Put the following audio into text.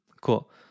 Cool